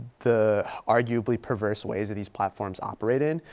the arguably perverse ways that these platforms operate in.